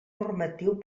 normatiu